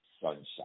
sunshine